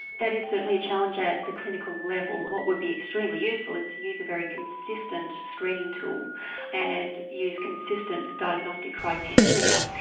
that is certainly a challenge at the clinical level. what would be extremely useful is to use a very consistent screening tool and use consistent diagnostic criteria.